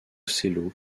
selo